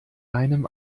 einem